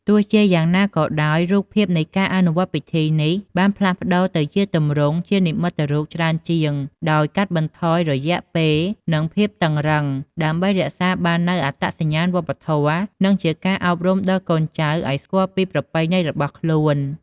ទោះជាយ៉ាងណាក៏ដោយ រូបភាពនៃការអនុវត្តពិធីនេះបានផ្លាស់ប្តូរទៅជាទម្រង់ជានិមិត្តរូបច្រើនជាង ដោយកាត់បន្ថយរយៈពេល និងភាពតឹងរ៉ឹង ដើម្បីរក្សាបាននូវអត្តសញ្ញាណវប្បធម៌ និងជាការអប់រំដល់កូនចៅឱ្យស្គាល់ពីប្រពៃណីរបស់ខ្លួន។